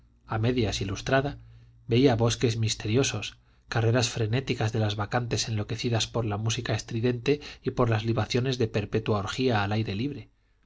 a medias ilustrada veía bosques misteriosos carreras frenéticas de las bacantes enloquecidas por la música estridente y por las libaciones de perpetua orgía al aire libre